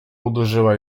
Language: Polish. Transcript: uderzyła